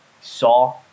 saw